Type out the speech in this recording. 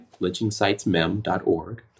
lynchingsitesmem.org